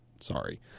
sorry